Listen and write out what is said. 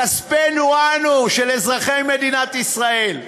כספנו אנו, של אזרחי מדינת ישראל.